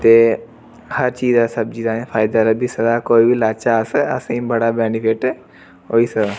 ते हर चीज़ दा सब्जी दा फायदा लब्भी सकदा कोई बी लाचै अस असेंगी बड़ा बेनिफिट होई सकदा